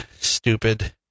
stupid